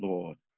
Lord